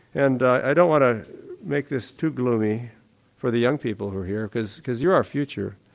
and i don't want to make this too gloomy for the young people who are here because because you're our future.